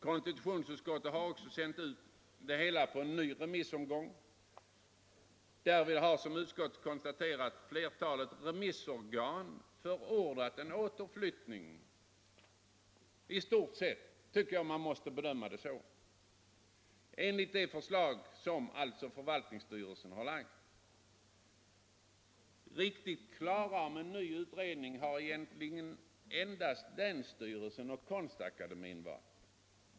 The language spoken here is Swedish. Konstitutionsutskottet har sänt ut ärendet på en ny remissomgång. Som utskottet konstaterar har därvid flertalet remissorgan förordat en återflyttning, som jag bedömer det i stort sett enligt det förslag som förvaltningsstyrelsen har lagt. Helt övertygade om att en ny utredning behövs har egentligen endast länsstyrelsen och Kungl. Akademien för de fria konsterna varit.